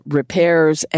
repairs